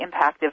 impactive